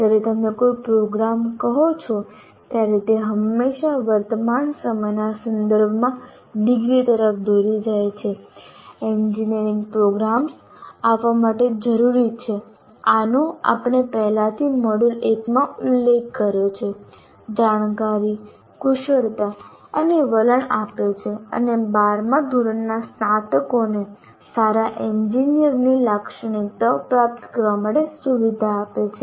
જ્યારે તમે કોઈ પ્રોગ્રામ કહો છો ત્યારે તે હંમેશા વર્તમાન સમયના સંદર્ભમાં ડિગ્રી તરફ દોરી જાય છે એન્જિનિયરિંગ પ્રોગ્રામ્સ આપવા માટે જરૂરી છે આનો આપણે પહેલાથી મોડ્યુલ1 માં ઉલ્લેખ કર્યો છે જાણકારીકુશળતા અને વલણ આપે છે અને 12 મા ધોરણના સ્નાતકોને સારા એન્જિનિયરની લાક્ષણિકતાઓ પ્રાપ્ત કરવા માટે સુવિધા આપે છે